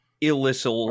illicit